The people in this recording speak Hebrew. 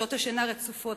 שעות השינה הרצופות,